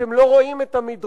אתם לא רואים את המדרון,